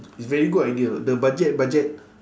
it's very good idea the budget budget